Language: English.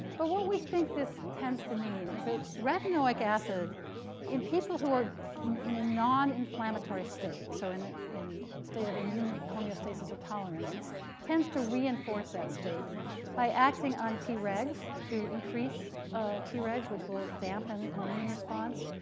but what we think this tends to mean is that retinoic acid in people who are in in a non-inflammatory state so in the in the state of immune homeostasis or tolerance tends to reinforce that state by acting on tregs to increase treg's, which will dampen an immune response.